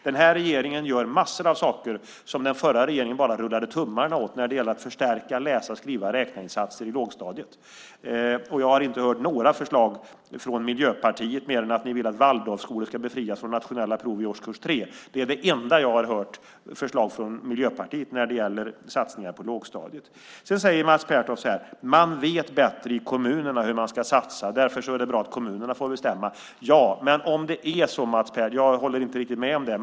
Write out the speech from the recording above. Den här regeringen gör massor av saker när det gäller att förstärka läsa-skriva-räkna-insatser i lågstadiet. Den förra regeringen rullade bara tummarna. Jag har inte hört några förslag från Miljöpartiet mer än att ni vill att Waldorfskolor ska befrias från nationella prov i årskurs 3. Det är det enda förslag jag har hört från Miljöpartiet när det gäller satsningar på lågstadiet. Mats Pertoft säger att man vet bättre i kommunerna hur man ska satsa, och därför är det bra att kommunerna får bestämma. Jag håller inte riktigt med om det.